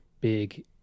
big